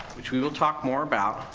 which we will talk more about,